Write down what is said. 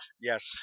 Yes